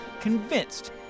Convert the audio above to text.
convinced